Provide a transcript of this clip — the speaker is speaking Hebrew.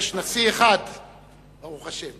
והוא כמובן,